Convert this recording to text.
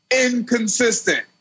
inconsistent